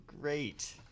Great